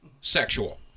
sexual